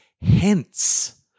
hence